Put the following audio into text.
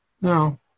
No